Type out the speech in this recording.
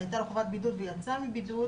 הייתה לו חובת בידוד והוא יצא מבידוד,